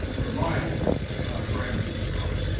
where my grandkids are,